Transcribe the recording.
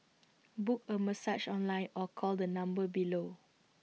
book A massage online or call the number below